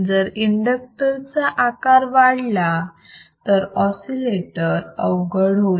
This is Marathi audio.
जर इंडक्टर चा आकार वाढला तर ऑसिलेटर अवघड होईल